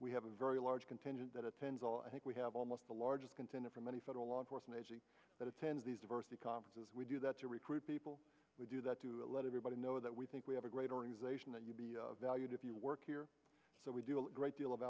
we have a very large contingent that attends all i think we have almost the largest container from any federal law enforcement agency that attend these diversity conferences we do that to recruit people we do that to let everybody know that we think we have a great organization that you be valued if you work here so we do a great deal of